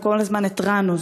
וכל הזמן התרענו,